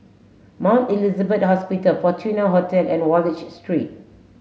Mount Elizabeth Hospital Fortuna Hotel and Wallich Street